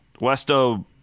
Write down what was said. Westo